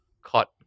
caught